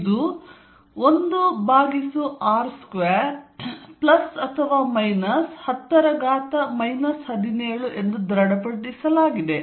ಇದು 1r2 10 17 ಎಂದು ದೃಢಪಡಿಸಲಾಗಿದೆ